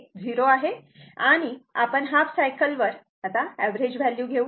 हे 0 आहे आणि आपण हाफ सायकल वर अवरेज व्हॅल्यू घेऊ